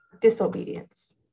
disobedience